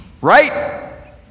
Right